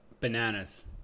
bananas